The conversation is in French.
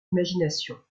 imagination